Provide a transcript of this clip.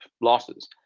losses